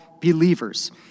believers